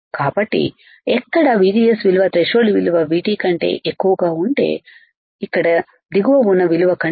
కాబట్టి ఎక్కడ VGSవిలువ థ్రెషోల్డ్ విలువ VT కంటే ఎక్కువగా వుంటే ఇక్కడ దిగువ వున్న విలువ కంటే